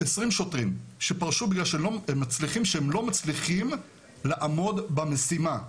20 שוטרים שפרשו בגלל שהם לא מצליחים לעמוד במשימה.